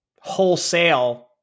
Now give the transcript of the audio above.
wholesale –